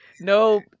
No